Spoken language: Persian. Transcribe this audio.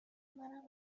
منم